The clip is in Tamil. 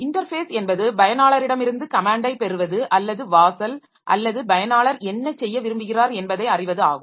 இன்டர்ஃபேஸ் என்பது பயனாளரிடமிருந்து கமேன்டை பெறுவது அல்லது வாசல் அல்லது பயனாளர் என்ன செய்ய விரும்புகிறார் என்பதை அறிவது ஆகும்